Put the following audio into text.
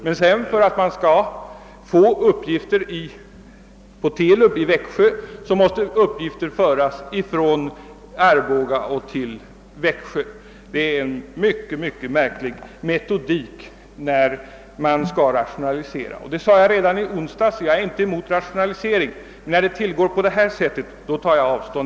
Men för att TELUB sedan skall få uppgifter i Växjö måste uppgifter föras från Arboga till Växjö. Det är en mycket märklig metodik när man skall rationalisera, det sade jag redan i onsdags. Jag är inte emot rationalisering, men när det går till på det här sättet, då tar jag avstånd.